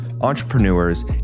entrepreneurs